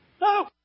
No